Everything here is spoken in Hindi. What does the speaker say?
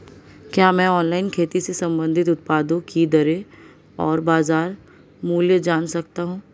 क्या मैं ऑनलाइन खेती से संबंधित उत्पादों की दरें और बाज़ार मूल्य जान सकता हूँ?